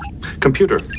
Computer